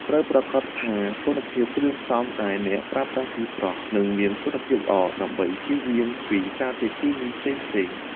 ត្រូវប្រាកដថាគុណភាពគ្រឿងផ្សំដែលអ្នកប្រើប្រាស់គឺស្រស់ និងមានគុណភាពល្អ ដើម្បីចៀសវាងពីសារធាតុគីមីផ្សេងៗ។